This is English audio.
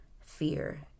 fear